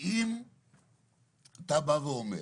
אתה בא ואומר